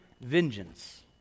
vengeance